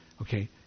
okay